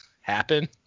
happen